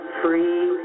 free